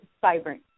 Vibrant